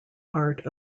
art